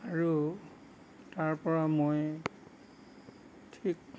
আৰু তাৰপৰা মই ঠিক